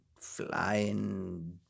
flying